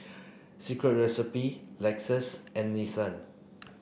Secret Recipe Lexus and Nissan